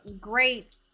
great